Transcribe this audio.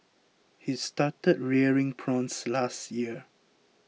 he started rearing prawns last year